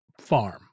farm